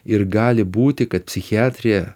ir gali būti kad psichiatrija